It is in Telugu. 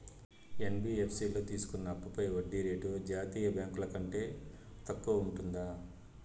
యన్.బి.యఫ్.సి లో తీసుకున్న అప్పుపై వడ్డీ రేటు జాతీయ బ్యాంకు ల కంటే తక్కువ ఉంటుందా?